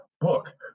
book